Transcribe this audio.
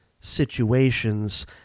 situations